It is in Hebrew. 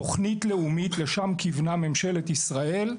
תוכנית לאומית, לשם כיוונה ממשלת ישראל.